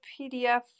PDF